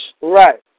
Right